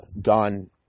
gone